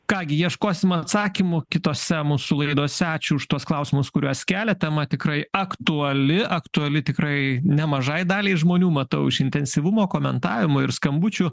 ką gi ieškosim atsakymų kitose mūsų laidose ačiū už tuos klausimus kuriuos keliat tema tikrai aktuali aktuali tikrai nemažai daliai žmonių matau iš intensyvumo komentavimo ir skambučių